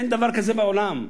אין דבר כזה בעולם.